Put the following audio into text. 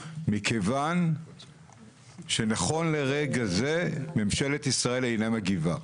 מכיוון שנכון לרגע זה ממשלת ישראל אינה מגיבה.